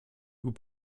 vous